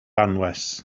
anwes